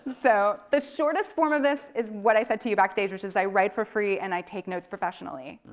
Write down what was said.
so the shortest form of this is what i said to you backstage, which is i write for free and i take notes professionally.